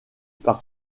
par